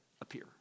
appear